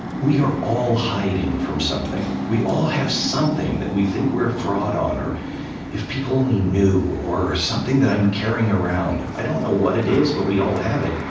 we are all hiding from something. we all have something that we think we're a fraud on, or if people only knew, or something that i'm carrying around. i don't know what it is, but we all have it.